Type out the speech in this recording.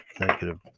negative